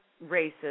races